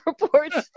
reports